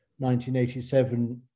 1987